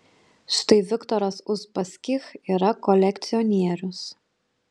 štai viktoras uspaskich yra kolekcionierius